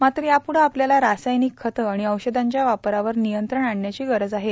मात्र याप्रढं आपल्याला रासायनिक खतं आणि औषधांच्या वापरावर नियंत्रण आणण्याची गरज आहे